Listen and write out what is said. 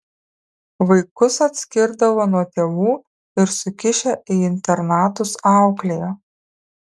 vaikus atskirdavo nuo tėvų ir sukišę į internatus auklėjo